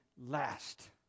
last